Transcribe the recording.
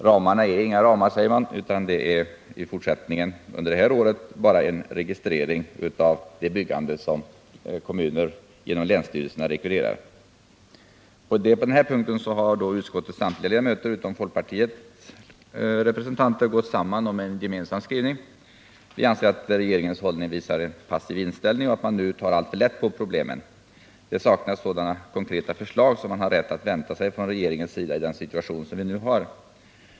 Ramarna är inga ramar, säger regeringen, utan även i fortsättningen bara en registrering av det byggande som kommunerna genom länsstyrelserna rekvirerar. På den här punkten har utskouets alla ledamöter utom folkpartiets representanter gått samman om en gemensam skrivning. Vi anser att regeringens hållning visar en passiv inställning och att regeringen nu tar alltför lätt på problemen. Det saknas sådana konkreta förslag som man har rätt att vänta sig från regeringens sida i den situation som vi nu har.